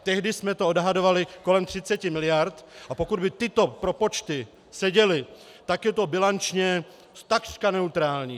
Tehdy jsme to odhadovali kolem 30 miliard, a pokud by tyto propočty seděly, tak je to bilančně takřka neutrální.